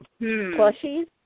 Plushies